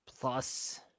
Plus